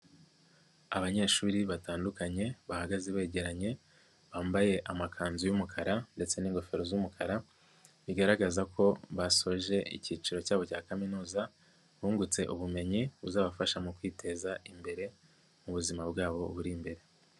Abanyeshuri batandukanye bahagaze begeranye bambaye amakanzu y'umukara ndetse n'ingofero z'umukara bigaragaza ko basoje icyiciro cyabo cya kaminuza bungutse ubumenyi buzabafasha mu kwiteza imbere mu buzima bwabo buri imbere.